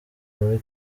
muri